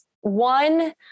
One